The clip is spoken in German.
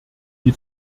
die